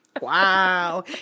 wow